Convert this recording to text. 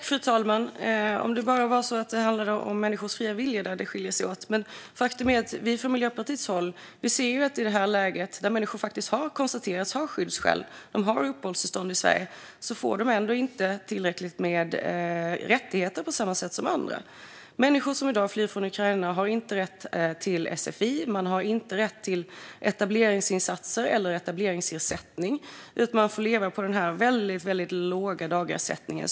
Fru talman! Om det bara var när det gäller människors fria vilja som vi skiljer oss åt, men faktum är att vi i Miljöpartiet i det här läget ser att människor som har konstaterats ha skyddsskäl och har uppehållstillstånd i Sverige ändå inte får tillräckliga rättigheter på samma sätt som andra. Människor som i dag flyr från Ukraina har inte rätt till sfi. De har inte rätt till etableringsinsatser eller etableringsersättning utan får leva på den väldigt låga dagersättningen.